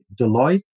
Deloitte